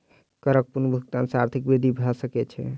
करक पूर्ण भुगतान सॅ आर्थिक वृद्धि भ सकै छै